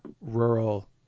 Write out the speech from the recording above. rural